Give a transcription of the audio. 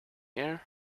air